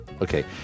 Okay